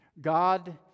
God